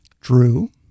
Drew